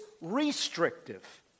restrictive